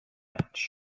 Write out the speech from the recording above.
match